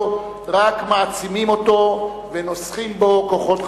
רק מעצימים אותו ונוסכים בו כוחות חדשים.